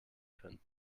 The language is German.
können